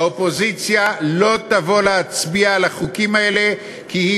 האופוזיציה לא תבוא להצביע על החוקים האלה, כי היא